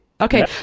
Okay